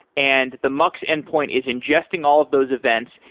and the mux endpoint is ingesting all of those events.